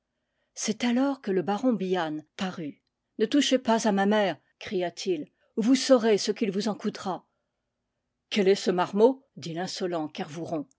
c'est alors que le baron bihan parut ne touchez pas à ma mère cria-t-il ou vous saurez ce qu'il vous en coûtera quel est ce marmot dit l'insolent